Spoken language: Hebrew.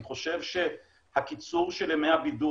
אני חושב שהקיצור של ימי הבידוד,